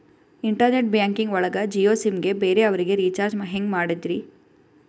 Internet banking ಒಳಗ Jio SIM ಗೆ ಬೇರೆ ಅವರಿಗೆ ರೀಚಾರ್ಜ್ ಹೆಂಗ್ ಮಾಡಿದ್ರಿ?